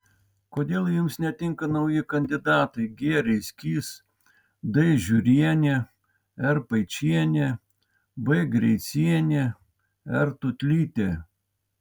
kodėl jums netinka nauji kandidatai g reisgys d žiurienė r paičienė b greicienė r tūtlytė